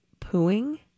pooing